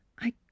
I